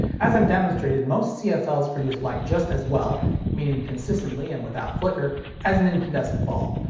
as i've demonstrated, most cfls produce light just as well meaning consistently and without flicker as an incandescent bulb.